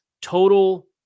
total